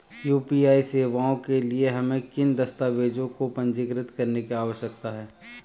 UPI सेवाओं के लिए हमें किन दस्तावेज़ों को पंजीकृत करने की आवश्यकता है?